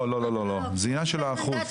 לא, זה עניין של אחוזים.